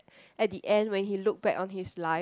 at the end where he look back on his life